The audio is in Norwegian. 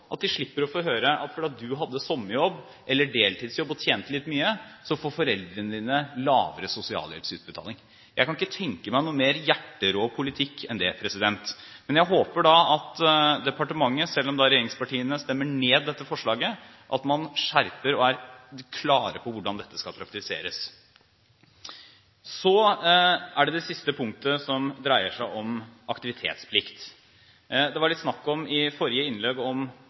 at de slipper å få høre at fordi du hadde sommerjobb eller deltidsjobb og tjente litt mye, får foreldrene dine lavere sosialhjelpsutbetaling. Jeg kan ikke tenke meg en noe mer hjerterå politikk enn det. Men jeg håper at departementet, selv om regjeringspartiene stemmer ned dette forslaget, skjerper dette og er klar på hvordan dette skal praktiseres. Så er det det siste punktet, som dreier seg om aktivitetsplikt. Det var i forrige innlegg litt snakk om «vårt sanne ansikt», og om